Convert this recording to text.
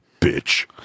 bitch